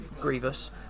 grievous